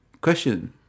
question